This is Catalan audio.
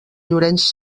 llorenç